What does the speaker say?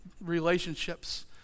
relationships